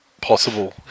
possible